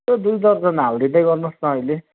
त्यो दुई दर्जन हालिदिँदै गर्नुहोस् न अहिले